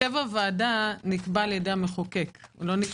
הרכב הוועדה נקבע על-ידי המחוקק לא על-ידינו.